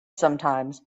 sometimes